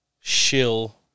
shill